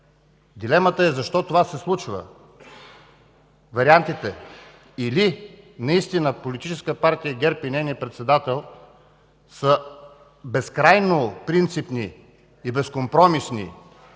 Дилемата е защо това се случва. Вариантите – или наистина Политическа партия ГЕРБ и нейния председател са безкрайно принципни и безкомпромисни